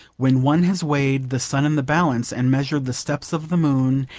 when one has weighed the sun in the balance, and measured the steps of the moon,